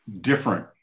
different